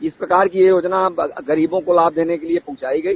इस प्रकार की यह योजना गरीबों को लाभ देने के लिये पहुंचाई गई